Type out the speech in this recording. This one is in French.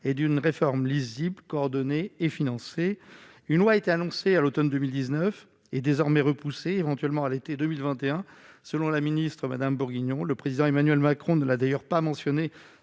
et d'une réforme lisible, coordonner et financer une loi a été annoncée à l'Automne 2000 19 et désormais repoussé éventuellement à l'été 2021, selon la ministre madame bourguignon le président Emmanuel Macron ne l'a d'ailleurs pas mentionné